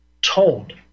told